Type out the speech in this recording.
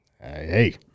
Hey